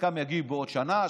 חלקם יגיעו בעוד שנה,